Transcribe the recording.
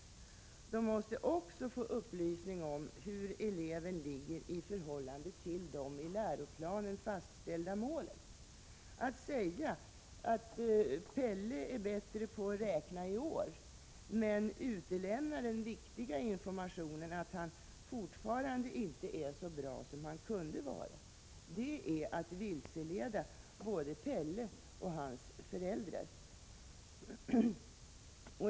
Föräldrarna måste också få upplysning om hur eleven ligger i förhållande till de i läroplanen fastställda målen. Att säga att Pelle är bättre på att räkna i år men utelämna den viktiga informationen att han fortfarande inte är så bra som han kunde vara är att vilseleda både Pelle och hans föräldrar.